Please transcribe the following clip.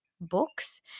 books